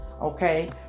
okay